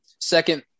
Second